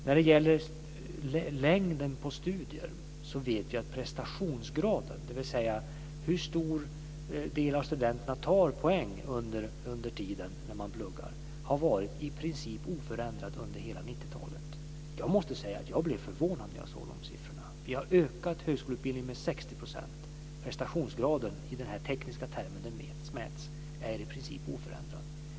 När det gäller studietidens längd vet jag att prestationsgraden - dvs. hur stor del av studenterna som tar poäng under den tid de pluggar - i princip har varit oförändrad under hela 90-talet. Jag måste säga att jag blev förvånad när jag såg dessa siffror. Högskoleutbildningen har utökats med 60 %. Prestationsgraden i den tekniska term som den mäts med är i princip oförändrad.